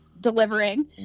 delivering